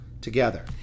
together